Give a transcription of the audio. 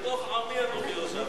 בתוך עמי אנוכי יושב.